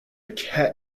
cat